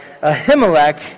Ahimelech